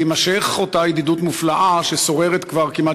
תימשך אותה ידידות מופלאה ששוררת כבר כמעט